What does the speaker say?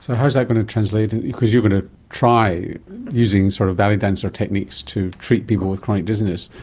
so how is that going to translate, because you are going to try using sort of ballet dancer techniques to treat people with chronic dizziness.